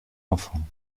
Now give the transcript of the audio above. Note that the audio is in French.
enfants